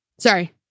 Sorry